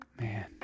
man